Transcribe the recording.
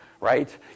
right